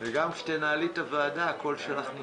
(היו"ר יעל רון בן משה, 13:02)